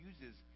uses